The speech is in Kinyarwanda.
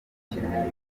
cy’umukinnyi